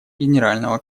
генерального